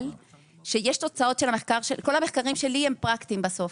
אבל כל המחקרים שלי הם פרקטיים, בסוף.